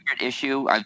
issue